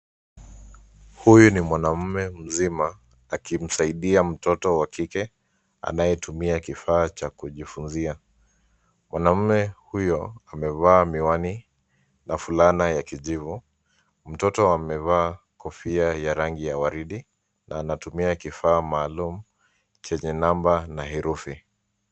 Huyu ni mwanaume mzima akimsaidia mtoto wa kike anayetumia kifaa cha kujifunzia. Mwanaume huyo amevaa miwani na fulana ya kijivu mtoto amevaa kofia ya rangi ya waridi anatumia kifaa maalum chenye namba na herufi.